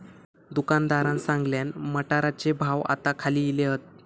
दुकानदारान सांगल्यान, मटारचे भाव आता खाली इले हात